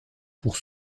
pour